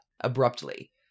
abruptly